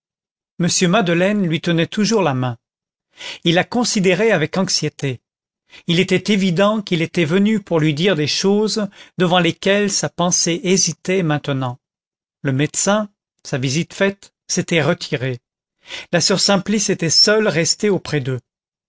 m madeleine lui tenait toujours la main il la considérait avec anxiété il était évident qu'il était venu pour lui dire des choses devant lesquelles sa pensée hésitait maintenant le médecin sa visite faite s'était retiré la soeur simplice était seule restée auprès d'eux